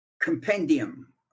compendium